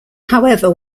however